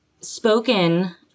spoken